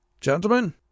Gentlemen